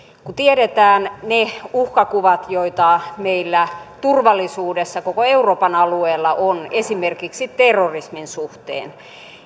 kun tiedetään ne uhkakuvat joita meillä turvallisuudessa koko euroopan alueella on esimerkiksi terrorismin suhteen